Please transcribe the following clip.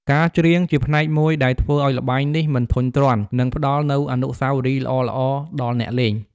ការច្រៀងជាផ្នែកមួយដែលធ្វើឱ្យល្បែងនេះមិនធុញទ្រាន់ និងផ្តល់នូវអនុស្សាវរីយ៍ល្អៗដល់អ្នកលេង។